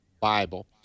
Bible—